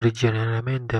originariamente